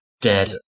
dead